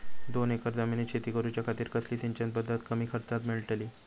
दोन एकर जमिनीत शेती करूच्या खातीर कसली सिंचन पध्दत कमी खर्चात मेलतली?